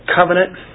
covenant